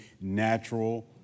natural